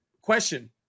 question